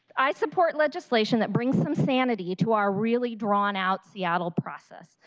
i support legislation that brings some sanity to our really drawnout seattle process,